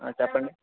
చెప్పండి